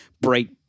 bright